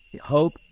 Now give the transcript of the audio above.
hope